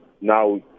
Now